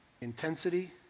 Intensity